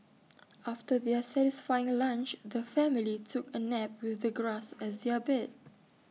after their satisfying lunch the family took A nap with the grass as their bed